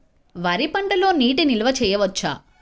వరి పంటలో నీటి నిల్వ చేయవచ్చా?